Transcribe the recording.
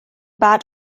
bad